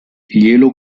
glielo